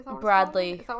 bradley